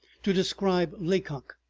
to describe laycock,